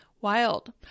Wild